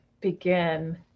Begin